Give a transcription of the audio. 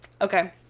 Okay